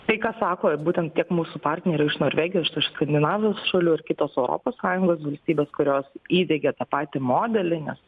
tai ką sako būtent tiek mūsų partneriai iš norvegijos iš iš skandinavijos šalių kitos europos sąjungos valstybės kurios įdiegė tą patį modelį nes